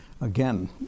again